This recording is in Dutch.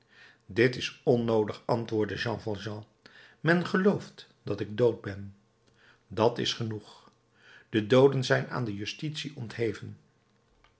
dit is onnoodig antwoordde jean valjean men gelooft dat ik dood ben dat is genoeg de dooden zijn aan de justitie